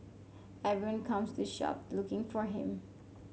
everyone comes to the shop looking for him